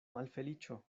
malfeliĉo